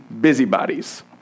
busybodies